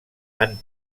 han